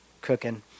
cooking